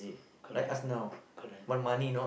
correct correct